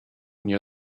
near